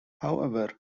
however